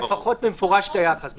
צריך לקבוע לפחות במפורש את היחס.